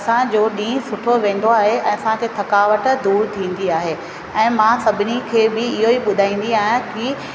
असांजो ॾींहुं सुठो वेंदो आहे ऐं असांखे थकावट दूरि थींदी आहे ऐं मां सभिनी खे बि इहो ई ॿुधाईंदी आहियां की